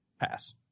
Pass